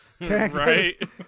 right